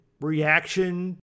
reaction